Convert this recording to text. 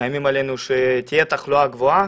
מאיימים עלינו שתהיה תחלואה גבוהה,